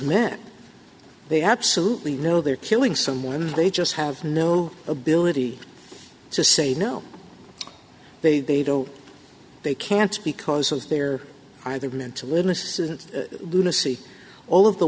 men they absolutely know they're killing someone they just have no ability to say no they don't they can't because of their either mental illness is lunacy all of the